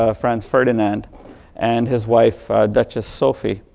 ah franz ferdinand and his wife, duchess sophie.